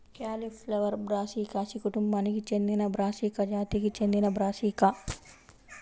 cauliflower Brassicaceae కుటుంబానికి చెందినబ్రాసికా జాతికి చెందినబ్రాసికా